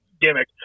gimmick